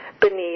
beneath